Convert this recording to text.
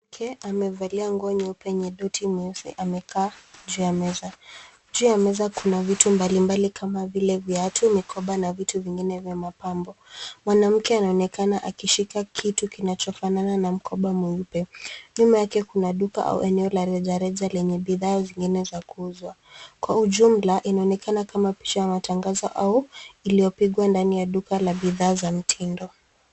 Mwanamke amevalia nguo nyeupe yenye doti nyeusi amekaa juu ya meza. Juu ya meza kuna vitu mbalimbali kama vile viatu, mikoba na vitu vingine vya mapambo. Mwanamke anaonekana akishika kitu kinachofanana na mkoba mweupe. Nyuma yake kuna duka au eneo la rejareja lenye bidhaa zingine za kuuzwa. Kwa ujumla, inaonekana kama picha ya matangazo au iliyopigwa ndani ya duka la bidhaa za mtindo.